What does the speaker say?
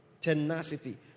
Tenacity